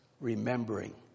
remembering